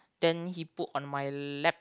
then he put on my lap